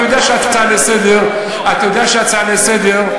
אתה יודע שהצעה לסדר זה למרוח את הדבר.